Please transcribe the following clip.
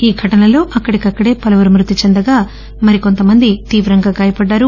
ఈ ఘటనలో అక్కడికక్కడే పలువురు మృతి చెందగా మరికొంతమంది తీవ్రంగా గాయపడ్డారు